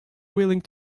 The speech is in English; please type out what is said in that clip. willing